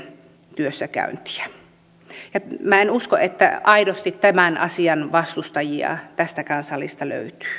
työssäkäyntiä minä en usko että aidosti tämän asian vastustajia tästäkään salista löytyy